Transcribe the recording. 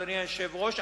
אדוני היושב-ראש,